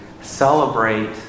celebrate